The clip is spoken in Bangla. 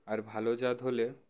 আর ভালো জাত হলে